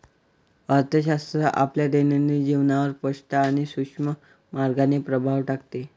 अर्थशास्त्र आपल्या दैनंदिन जीवनावर स्पष्ट आणि सूक्ष्म मार्गाने प्रभाव टाकते